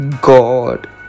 God